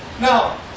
Now